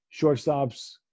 shortstops